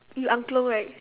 you angklung right